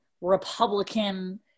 Republican